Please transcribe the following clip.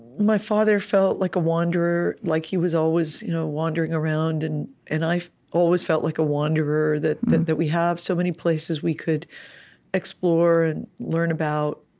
my father felt like a wanderer, like he was always you know wandering around. and and i've always felt like a wanderer, that that we have so many places we could explore and learn about.